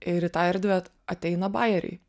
ir į tą erdvę ateina bajeriai